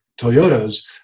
Toyotas